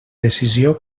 decisió